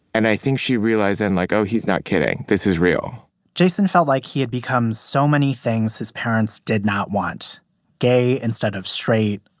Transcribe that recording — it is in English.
and i think she realized then, like, oh, he's not kidding. this is real jason felt like he had become so many things his parents did not want gay instead of straight,